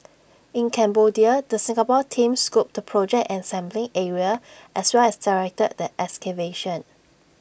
in Cambodia the Singapore team scoped the project and sampling area as well as directed the excavation